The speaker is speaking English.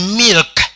milk